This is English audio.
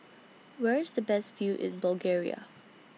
Where IS The Best View in Bulgaria